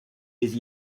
les